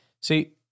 See